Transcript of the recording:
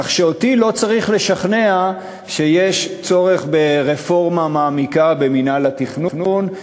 כך שאותי לא צריך לשכנע שיש צורך ברפורמה מעמיקה במינהל התכנון,